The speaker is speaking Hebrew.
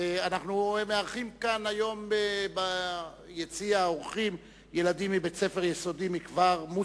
אנחנו מארחים כאן היום ביציע האורחים ילדים מבית-ספר יסודי בכפר מוסמוס.